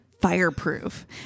fireproof